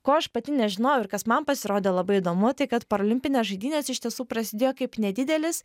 ko aš pati nežinojau ir kas man pasirodė labai įdomu tai kad paralimpinės žaidynės iš tiesų prasidėjo kaip nedidelis